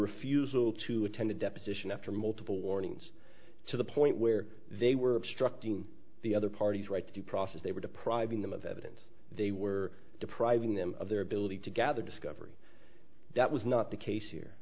refusal to attend a deposition after multiple warnings to the point where they were obstructing the other party's right to due process they were depriving them of evidence they were depriving them of their ability to gather discovery that was not the case here